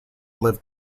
live